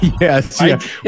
Yes